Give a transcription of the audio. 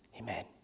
Amen